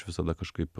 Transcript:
visada kažkaip